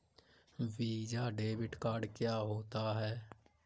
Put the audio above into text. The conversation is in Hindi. वीज़ा डेबिट कार्ड क्या होता है?